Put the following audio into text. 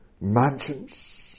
mansions